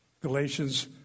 Galatians